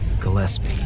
Gillespie